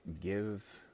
Give